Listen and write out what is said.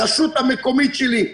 הרשות המקומית שלי,